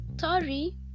Sorry